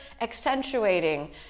accentuating